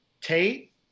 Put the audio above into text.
Tate